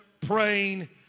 praying